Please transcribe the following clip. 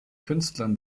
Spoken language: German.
künstlern